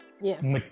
Yes